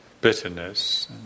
bitterness